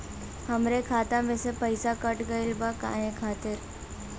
हमरे खाता में से पैसाकट गइल बा काहे खातिर?